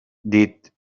dit